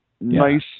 nice